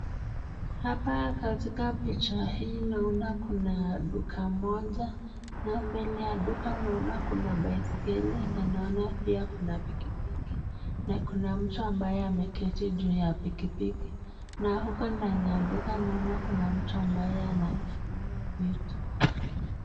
Hapa katika picha hii naona kuna duka moja na mbele ya duka naona kuna baiskeli na naona pia kuna pikipiki na kuna mtu ambaye ameketi juu ya pikipiki na huko ndani ya duka naona kuna mtu ambaye ananunua vitu.